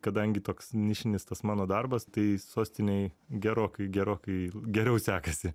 kadangi toks nišinis tas mano darbas tai sostinėj gerokai gerokai geriau sekasi